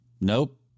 Nope